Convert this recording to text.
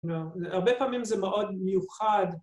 ‫הרבה פעמים זה מאוד מיוחד.